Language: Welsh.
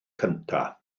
cyntaf